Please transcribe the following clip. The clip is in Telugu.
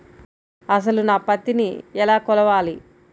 అసలు నా పత్తిని ఎలా కొలవాలి?